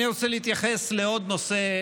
אני רוצה להתייחס לעוד נושא.